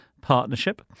partnership